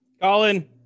colin